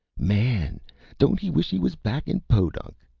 man don't he wish he was back in podunk.